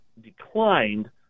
declined